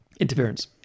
interference